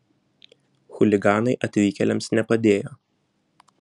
chuliganai atvykėliams nepadėjo